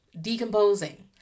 decomposing